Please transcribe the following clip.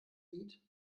lied